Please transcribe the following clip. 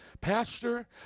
Pastor